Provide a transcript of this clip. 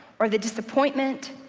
or the disappointment,